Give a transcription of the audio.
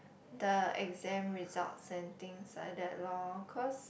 the exam results and things like that lor cause